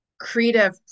creative